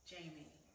Jamie